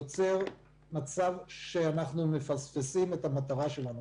נוצר מצב שאנחנו מפספסים את המטרה שלנו.